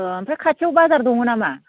अह आमफ्राय खाथियाव बाजार दङ नामा